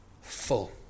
full